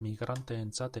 migranteentzat